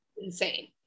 Insane